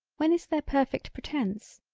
when is there perfect pretence,